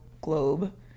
globe